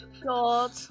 God